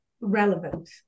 relevant